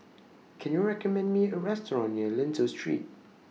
Can YOU recommend Me A Restaurant near Lentor Street